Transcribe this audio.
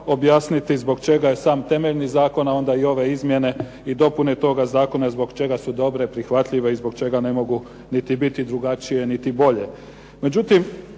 objasniti zbog čega je sam temeljni zakon, a onda i ove izmjene i dopune toga zakona zbog čega su dobre, prihvatljive i zbog čega ne mogu niti biti drugačije niti bolje.